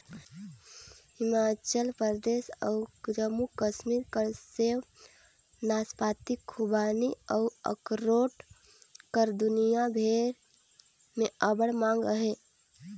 हिमाचल परदेस अउ जम्मू कस्मीर कर सेव, नासपाती, खूबानी अउ अखरोट कर दुनियां भेर में अब्बड़ मांग अहे